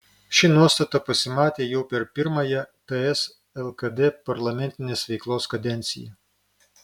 ši nuostata pasimatė jau per pirmąją ts lkd parlamentinės veiklos kadenciją